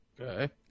Okay